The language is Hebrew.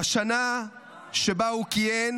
ובשנה שבה הוא כיהן